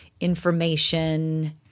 information